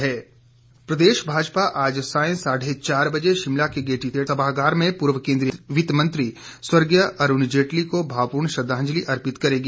श्रद्वाजंलि प्रदेश भाजपा आज सांय साढ़े चार बजे शिमला के गेयटी थियेटर सभागार में पूर्व केंद्रीय वित्त मंत्री स्व अरूण जेटली को भावपूर्ण श्रद्धाजंलि अर्पित करेगी